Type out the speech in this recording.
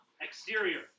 Exterior